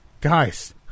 Guys